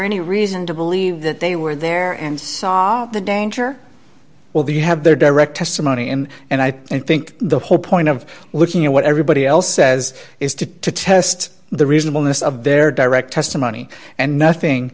any reason to believe that they were there and saw the danger well you have their direct testimony in and i think the whole point of looking at what everybody else says is to test the reasonableness of their direct testimony and nothing